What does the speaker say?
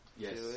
Yes